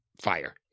fire